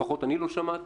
לפחות אני לא שמעתי,